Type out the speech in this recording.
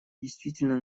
действительно